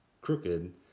crooked